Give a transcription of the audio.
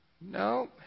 No